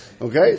Okay